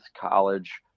college